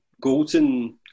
Golden